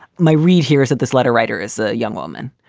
my read here is that this letter writer is a young woman.